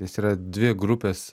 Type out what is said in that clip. nes yra dvi grupės